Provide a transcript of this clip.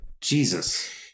Jesus